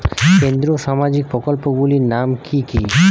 কেন্দ্রীয় সামাজিক প্রকল্পগুলি নাম কি কি?